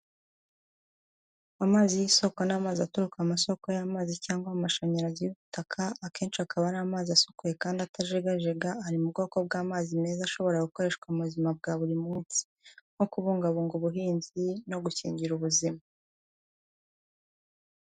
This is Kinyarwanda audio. Amazi y'isoko n'amazi aturuka amasoko y'amazi cyangwa amashanyarazi y'ubutaka, akenshi akaba ari amazi asukuye kandi atajegajega, ari mu bwoko bw'amazi meza ashobora gukoreshwa mu buzima bwa buri munsi, nko kubungabunga ubuhinzi no gukingira ubuzima.